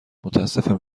متأسفم